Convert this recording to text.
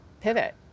pivot